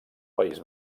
país